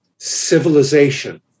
civilization